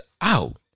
out